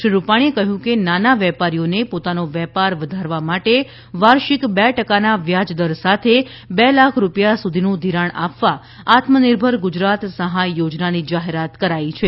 શ્રી રૂપાણીએ કહ્યું કે નાના વેપારીઓને પોતાનો વેપાર વધારવા માટે વાર્ષિક બે ટકાના વ્યાજદર સાથે બે લાખ રૂપિયા સુધીનું ધિરાણ આપવા આત્મનિર્ભર ગુજરાત સહાય યોજનાની જાહેરાત કરાઈ છે